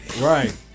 Right